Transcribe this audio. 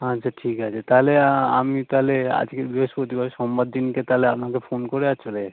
আচ্ছা ঠিক আছে তাহলে আ আমি তাহলে আজকের বৃহস্পতিবার সোমবার দিনকে তাহলে আপনাকে ফোন করে আর চলে যাই